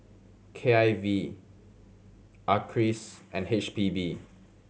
K I V Acres and H P B